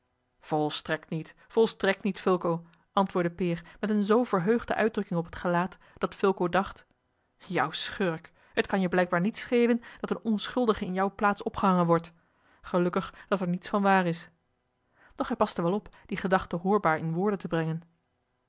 volstrekt niet volstrekt niet fulco antwoordde peer met eene zoo verheugde uitdrukking op het gelaat dat fulco dacht jou schurk het kan je blijkbaar niets schelen dat een onschuldige in jouw plaats opgehangen wordt gelukkig dat er niets van waar is doch hij paste wel op die gedachte hoorbaar in woorden te brengen